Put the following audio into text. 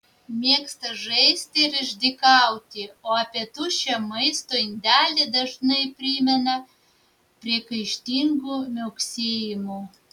mėgsta žaisti ir išdykauti o apie tuščią maisto indelį dažnai primena priekaištingu miauksėjimu